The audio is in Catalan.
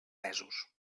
mesos